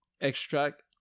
extract